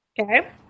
Okay